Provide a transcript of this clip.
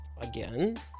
again